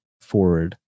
forward